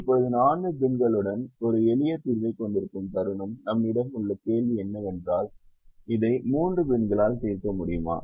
இப்போது 4 பின்களுடன் ஒரு எளிய தீர்வைக் கொண்டிருக்கும் தருணம் நம்மிடம் உள்ள கேள்வி என்னவென்றால் இதை மூன்று பின்களால் தீர்க்க முடியுமா